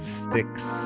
sticks